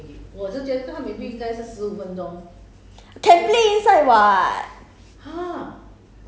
have lah within the four minute lah